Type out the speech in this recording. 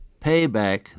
payback